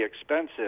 expensive